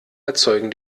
erzeugen